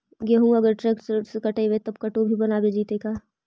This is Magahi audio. गेहूं अगर ट्रैक्टर से कटबइबै तब कटु भी बनाबे जितै का?